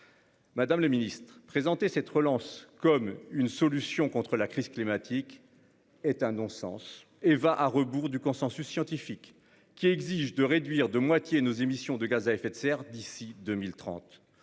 Madame le Ministre, présenté cette relance comme une solution contre la crise climatique est un non-sens et va à rebours du consensus scientifique qui exige de réduire de moitié nos émissions de gaz à effet de serre d'ici 2030.